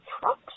trucks